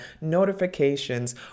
notifications